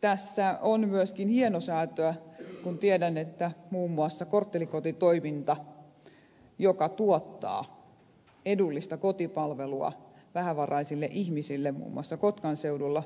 tässä on myöskin hienosäätöä kun tiedän että muun muassa korttelikoti toiminta joka tuottaa edullista kotipalvelua vähävaraisille ihmisille muun muassa kotkan seudulla